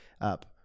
up